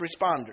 responders